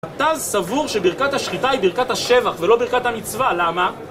הט"ז סבור שברכת השחיטה היא ברכת השבח ולא ברכת המצווה, למה?